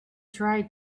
tried